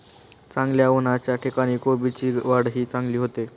चांगल्या उन्हाच्या ठिकाणी कोबीची वाढही चांगली होते